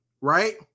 right